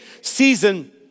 season